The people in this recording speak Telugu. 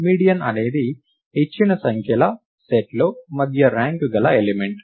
మీడియన్ అనేది ఇచ్చిన సంఖ్యల సెట్లో మధ్య ర్యాంక్ గల ఎలిమెంట్